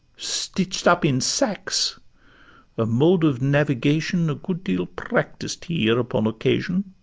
stitch'd up in sacks a mode of navigation a good deal practised here upon occasion